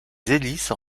hélices